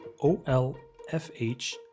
olfh